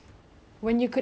too lazy or too tired